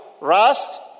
rust